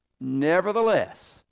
Nevertheless